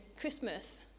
christmas